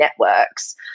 networks